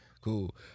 cool